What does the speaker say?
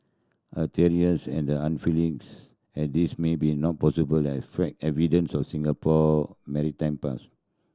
as tenuous and as this may be not possibly evidence of Singapore maritime past